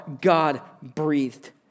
God-breathed